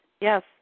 Yes